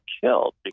killed